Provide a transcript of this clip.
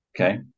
okay